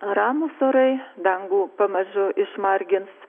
ramūs orai dangų pamažu išmargins